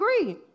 agree